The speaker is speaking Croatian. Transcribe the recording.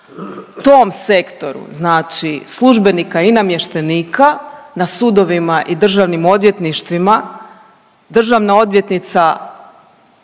tom sektoru, znači službenika i namještenika na sudovima i državnim odvjetništvima, državna odvjetnica